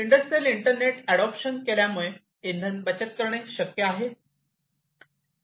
industrial internet adoption केल्यामुळे इंधन बचत करणे शक्य आहे